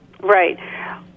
Right